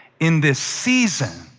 in this season,